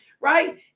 right